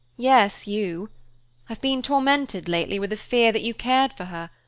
yes, you i've been tormented lately with a fear that you cared for her,